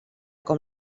com